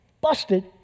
Busted